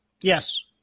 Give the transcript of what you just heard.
Yes